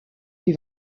des